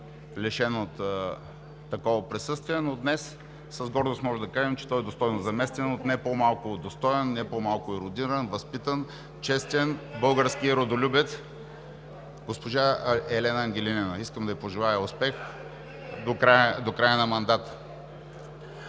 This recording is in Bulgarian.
лишен от такова присъствие, но днес с гордост можем да кажем, че той достойно е заместен от не по-малко достоен, не по-малко ерудиран, възпитан, честен български родолюбец – госпожа Елена Ангелинина. Искам да ѝ пожелая успех до края на мандата!